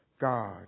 God